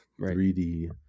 3d